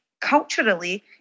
culturally